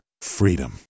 freedom